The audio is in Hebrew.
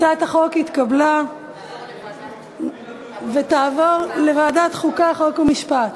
הצעת החוק התקבלה ותעבור לוועדת החוקה, חוק ומשפט,